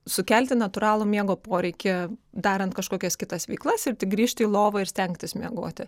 sukelti natūralų miego poreikį darant kažkokias kitas veiklas ir tik grįžti į lovą ir stengtis miegoti